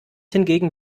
hingegen